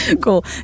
Cool